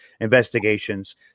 investigations